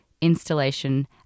installation